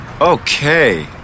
okay